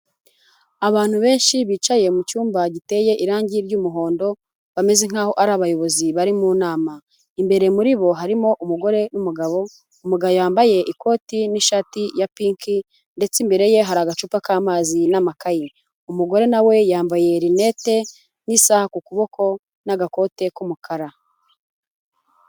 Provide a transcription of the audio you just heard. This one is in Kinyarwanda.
Abantu benshi bicaye mu cyumba giteye irangi ry'umuhondo bameze nkaho ari abayobozi bari mu nama imbere muri bo harimo umugore n'umugabo umugabo yambaye ikoti n'ishati ya pinki ndetse imbere ye hari agacupa k'amazi n'amakaye umugore nawe yambaye linete n'isaha ku kuboko n'agakote k'umukara.